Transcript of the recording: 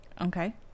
okay